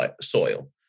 soil